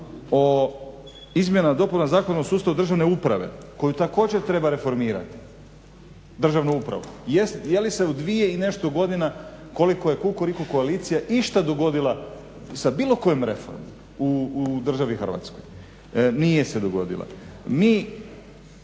o izmjenama i dopunama Zakona o sustavu državne uprave koju također treba reformirati, državnu upravu. Je li se u dvije i nešto godina koliko je Kukuriku koalicije, išta dogodilo sa bilo kojom reformom u državi Hrvatskoj? Nije se dogodilo. Prvo